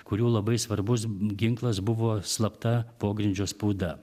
kurių labai svarbus ginklas buvo slapta pogrindžio spauda